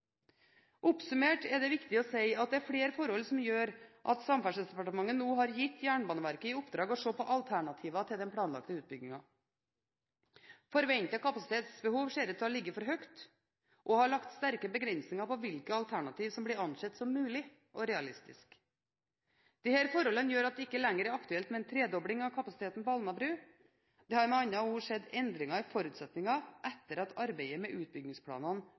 Oppsummert er det viktig å si at det er flere forhold som gjør at Samferdselsdepartementet nå har gitt Jernbaneverket i oppdrag å se på alternativer til den planlagte utbyggingen. Forventet kapasitetsbehov ser ut til å ligge for høyt og har lagt sterke begrensinger på hvilke alternativer som blir ansett som mulig og realistisk. Disse forholdene gjør at det ikke lenger er aktuelt med en tredobling av kapasiteten på Alnabru. Det har med andre ord skjedd endringer i forutsetningene etter at arbeidet med utbyggingsplanene